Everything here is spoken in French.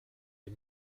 des